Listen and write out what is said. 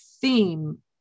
theme